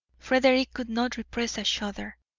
frederick could not repress a shudder.